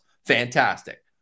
Fantastic